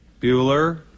Bueller